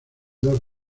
dos